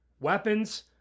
weapons